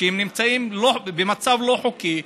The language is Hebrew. שהם נמצאים במצב לא חוקי,